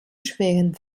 schweren